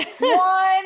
one